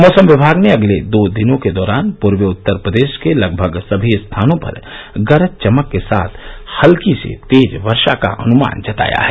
मौसम विभाग ने अगले दो दिनों के दौरान पूर्वी उत्तर प्रदेश के लगभग सभी स्थानों पर गरज चमक के साथ हल्की से तेज वर्षा का अनुमान जताया है